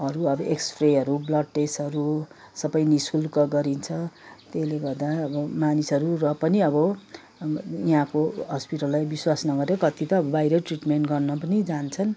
अरू अब एक्सरेहरू बल्ड टेस्टहरू सबै निः शुल्क गरिन्छ त्यसले गर्दा अब मानिसहरू र पनि अब यहाँको हस्पिटललाई विश्वास नगरी कति त बाहिरै ट्रिटमेन्ट गर्न पनि जान्छन्